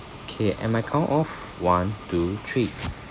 K at my count of one two three